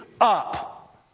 up